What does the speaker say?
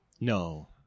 No